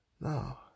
No